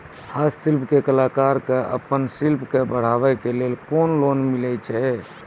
हस्तशिल्प के कलाकार कऽ आपन शिल्प के बढ़ावे के लेल कुन लोन मिलै छै?